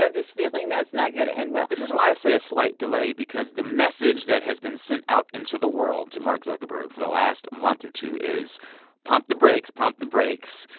ah this feeling that it's not going to end well this is why i say a slight delay because the message that has been sent out into the world to mark zuckerberg for the last month or two is pump the brakes, pump the brakes.